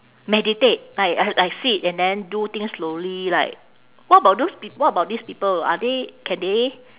meditate like I I sit and then do things slowly like what about those p~ what about these people are they can they